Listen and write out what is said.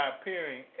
appearing